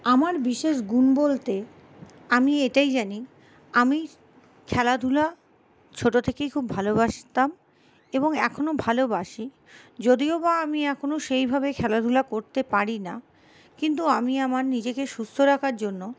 আমার বিশেষ গুণ বলতে আমি এটাই জানি আমি খেলাধুলা ছোটো থেকেই খুব ভালোবাসতাম এবং এখনও ভালোবাসি যদিও বা আমি এখনও সেইভাবে খেলাধুলা করতে পারি না কিন্তু আমি আমার নিজেকে সুস্থ রাখার জন্য